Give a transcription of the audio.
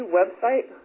website